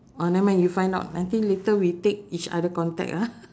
ah never mind you find out nanti later we take each other contact ah